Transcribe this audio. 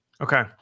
Okay